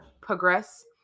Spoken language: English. progress